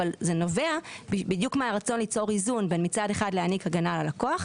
אבל זה נובע בדיוק מהרצון ליצור איזון: מצד אחד להעניק את ההגנה ללקוח,